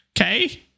Okay